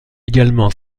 également